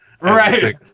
Right